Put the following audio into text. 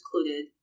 included